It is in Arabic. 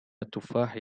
التفاح